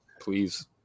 please